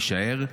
יישאר?